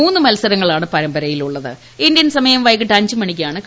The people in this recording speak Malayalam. മൂന്ന് മത്സരങ്ങളാണ് പരമ്പരയിൽ ഇന്ത്യൻ സമയം വൈകിട്ട് അഞ്ചുമണിക്കാണ് ഉള്ളത്